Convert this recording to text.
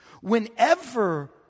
Whenever